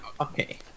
Okay